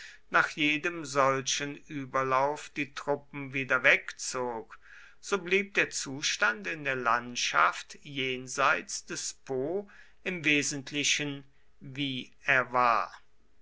nach jedem solchen überlauf die truppen wieder wegzog so blieb der zustand in der landschaft jenseits des po im wesentlichen wie er war